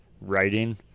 writing